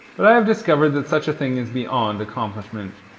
but i have discovered that such a thing is beyond accomplishment.